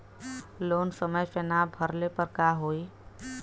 Loan समय से ना भरले पर का होयी?